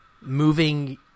moving